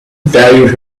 valued